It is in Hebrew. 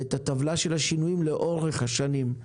ואת הטבלה של השינויים לאורך השנים.